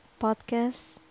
podcast